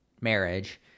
marriage